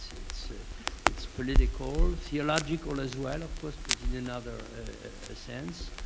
its ah its political, theological, as well, of course, but in another sense,